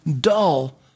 dull